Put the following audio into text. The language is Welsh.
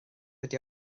ydy